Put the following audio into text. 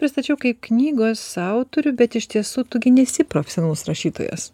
pristačiau kaip knygos autorių bet iš tiesų tu gi nesi profesionalus rašytojas